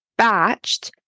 batched